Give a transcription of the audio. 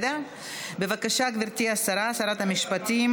בבקשה, גברתי השרה, שרת המשפטים